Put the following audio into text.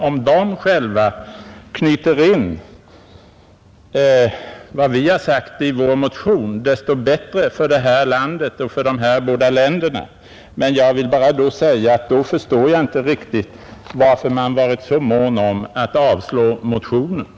Om majoriteten själv knyter in vad vi har sagt i vår motion; desto bättre för dessa båda länder. Men jag måste säga att jag då inte riktigt förstår varför man har varit så mån om att avstyrka motionerna.